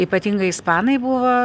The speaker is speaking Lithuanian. ypatingai ispanai buvo